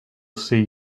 see